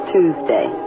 Tuesday